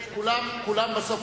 אבל אתה היושב-ראש של כולם,